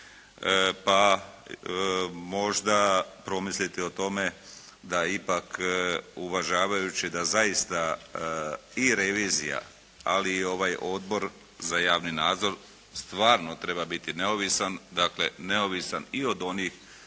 Pa možda promisliti o tome da ipak uvažavajući da zaista i revizija ali i ovaj Odbor za javni nadzor stvarno treba biti neovisan. Dakle, neovisan i od onih